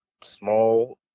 small